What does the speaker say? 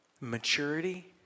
maturity